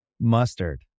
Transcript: Mustard